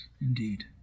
indeed